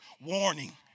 Warning